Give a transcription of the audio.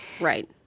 Right